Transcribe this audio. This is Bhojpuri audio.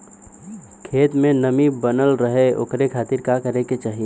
खेत में नमी बनल रहे ओकरे खाती का करे के चाही?